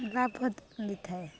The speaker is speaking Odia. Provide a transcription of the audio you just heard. ଲାଭ ମିଳିଥାଏ